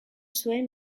zuen